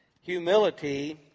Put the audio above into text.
Humility